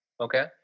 Okay